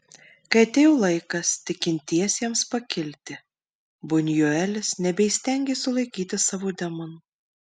kai atėjo laikas tikintiesiems pakilti bunjuelis nebeįstengė sulaikyti savo demonų